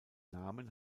namen